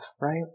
right